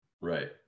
right